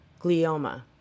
glioma